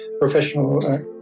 professional